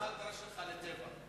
מה ההגדרה שלך לטבח?